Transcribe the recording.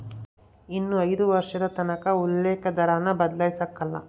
ಇನ್ನ ಐದು ವರ್ಷದತಕನ ಉಲ್ಲೇಕ ದರಾನ ಬದ್ಲಾಯ್ಸಕಲ್ಲ